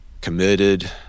committed